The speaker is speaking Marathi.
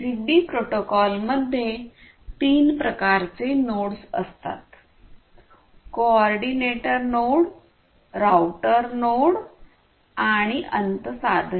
झिगबी प्रोटोकॉल मध्ये तीन प्रकारचे नोड्स असतात कोऑर्डिनेटर नोड राउटर नोड आणि अंत साधने